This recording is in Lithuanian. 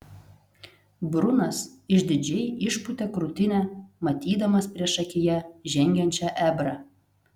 brunas išdidžiai išpūtė krūtinę matydamas priešakyje žengiančią ebrą